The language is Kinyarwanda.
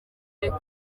reka